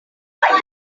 lalu